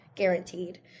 guaranteed